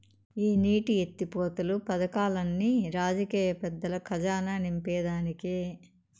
ఈ నీటి ఎత్తిపోతలు పదకాల్లన్ని రాజకీయ పెద్దల కజానా నింపేదానికే